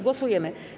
Głosujemy.